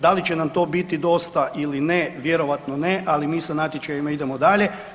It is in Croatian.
Da li će nam to biti dosta ili ne, vjerojatno ne, ali mi sa natječajima idemo dalje.